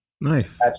nice